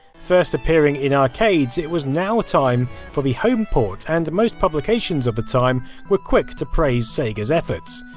first appearing in arcades, it was now ah time for the home port and most publications of the time were quick to praise sega's efforts.